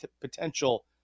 potential –